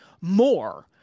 more